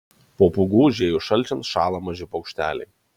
po pūgų užėjus šalčiams šąla maži paukšteliai